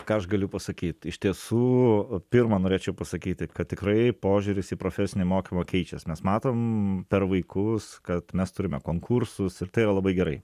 ką aš galiu pasakyt iš tiesų pirma norėčiau pasakyti kad tikrai požiūris į profesinį mokymą keičias mes matom per vaikus kad mes turime konkursus ir tai yra labai gerai